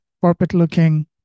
corporate-looking